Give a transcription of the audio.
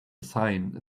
sign